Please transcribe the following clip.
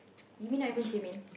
you mean I haven't